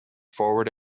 forward